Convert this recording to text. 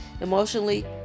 emotionally